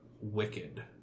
wicked